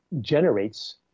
generates